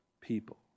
people